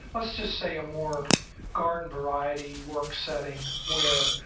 let's just say a more garden variety work setting where,